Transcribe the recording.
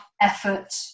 effort